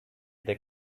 they